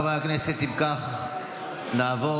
חברי הכנסת, אם כך, נעבור